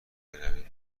برویم